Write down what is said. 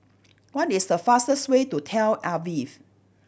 what is the fastest way to Tel Aviv